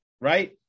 right